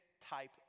type